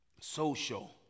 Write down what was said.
social